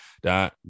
da